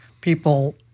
people